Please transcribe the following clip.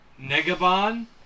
Negabon